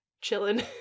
chilling